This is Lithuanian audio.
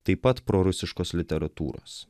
taip pat prorusiškos literatūros